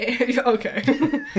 Okay